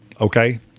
Okay